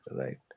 right